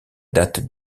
date